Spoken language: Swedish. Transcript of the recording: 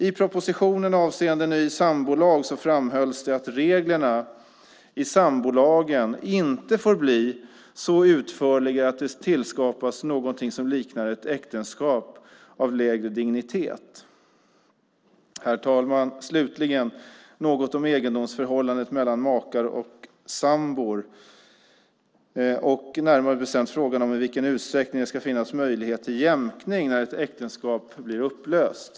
I propositionen avseende ny sambolag framhölls att reglerna i sambolagen inte får bli så utförliga att det skapas något som liknar ett äktenskap av lägre dignitet. Herr talman! Slutligen ska jag säga något om egendomsförhållandet mellan makar och sambor, närmare bestämt frågan i vilken utsträckning det ska finnas möjlighet till jämkning när ett äktenskap blir upplöst.